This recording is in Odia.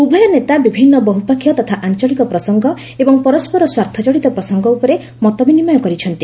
ଉଭୟ ନେତା ବିଭିନ୍ନ ବହୁପକ୍ଷୀୟ ତଥା ଆଞ୍ଚଳିକ ପ୍ରସଙ୍ଗ ଏବଂ ପରସ୍କର ସ୍ୱାର୍ଥ ଜଡିତ ପ୍ରସଙ୍ଗ ଉପରେ ମତ ବିନିମୟ କରିଛନ୍ତି